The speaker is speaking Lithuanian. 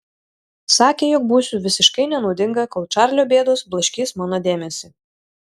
sakė jog būsiu visiškai nenaudinga kol čarlio bėdos blaškys mano dėmesį